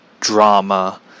drama